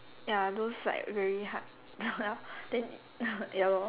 ya those like very hard then ya lor